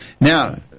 Now